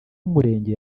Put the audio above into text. w’umurenge